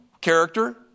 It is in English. character